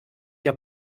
der